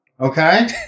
Okay